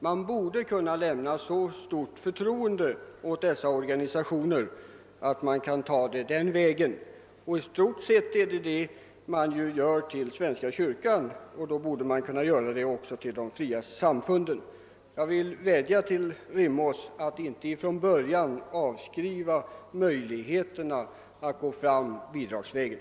Man borde kunna visa dessa organisationer så pass stort förtroende. I stort sett gör man ju detta beträffande svenska kyrkan, och därför borde man också kunna göra det i fråga om de fria samfunden. Jag vill vädja till herr Rimås att inte från början avskriva möjligheten att gå fram bidragsvägen.